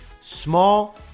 small